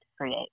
create